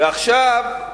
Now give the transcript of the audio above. ועכשיו,